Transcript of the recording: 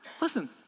listen